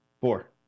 Four